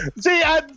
See